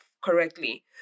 correctly